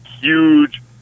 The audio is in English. huge